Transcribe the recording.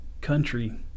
country